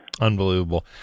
Unbelievable